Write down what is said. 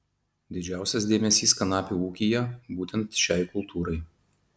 didžiausias dėmesys kanapių ūkyje būtent šiai kultūrai